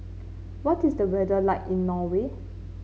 what is the weather like in Norway